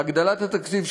להגדלת התקציב,